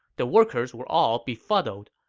the workers were all befuddled,